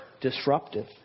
disruptive